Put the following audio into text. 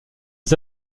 les